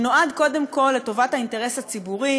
שנועד קודם כול לטובת האינטרס הציבורי,